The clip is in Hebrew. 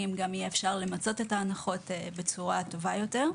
וגם יהיה אפשר למצות את ההנחות בצורה טובה יותר.